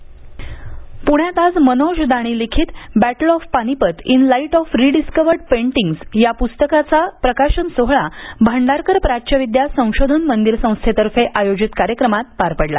प्ण्यात आज मनोज दाणी लिखित battle of Panipat in light of rediscovered paintings या पुस्तकाचा प्रकाशन सोहळा भांडारकर प्राच्यविद्या संशोधन मंदिर संस्थेतर्फे आयोजित कार्यक्रमात पार पडला